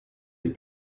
des